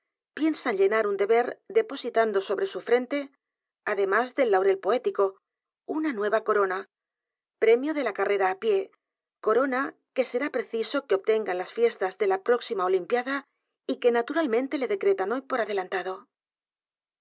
piensan llenar u n deber depositando sobre su frente además del laurel poético una nueva corona premio de la carrera á pie corona que será preciso que obtenga en las fiestas de la próxima olimpiada y que naturalmente le decretan hoy por adelantado